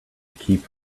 keep